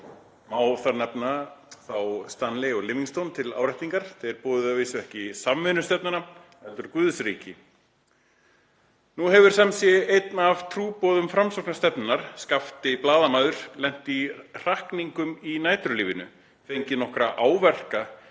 Má þar nefna þá Stanley og Livingstone til áréttingar. Þeir boðuðu að vísu ekki samvinnustefnuna heldur Guðsríki. Nú hefur semsé einn af trúboðum framsóknarstefnunnar, Skafti blaðamaður, lent í hrakningum í næturlífinu, fengið nokkra áverka